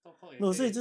talk cock 也可以